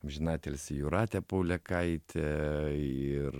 amžinatilsį jūratė paulėkaitė ir